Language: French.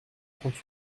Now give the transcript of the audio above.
trente